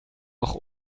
auch